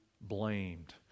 blamed